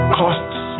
costs